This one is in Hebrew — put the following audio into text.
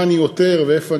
מה אני יותר ואיפה,